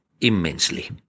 immensely